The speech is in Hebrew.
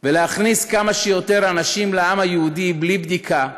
ולהכניס כמה שיותר אנשים לעם היהודי בלי בדיקה,